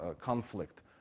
conflict